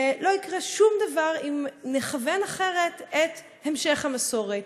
ולא יקרה שום דבר אם נכוון אחרת את המשך המסורת.